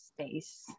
space